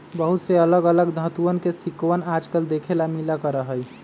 बहुत से अलग अलग धातुंअन के सिक्कवन आजकल देखे ला मिला करा हई